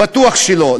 בטוח שלא.